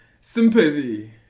sympathy